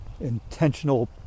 intentional